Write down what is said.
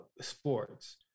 sports